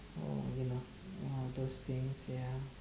or you know all those things ya